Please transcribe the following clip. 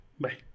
Bye